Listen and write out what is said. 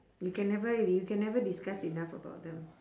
you can never you can never discuss enough about them